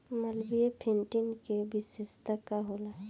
Malviya fifteen के विशेषता का होला?